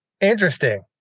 Interesting